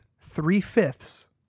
three-fifths